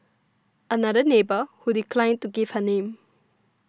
another neighbour who declined to give her name